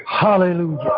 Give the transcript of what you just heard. Hallelujah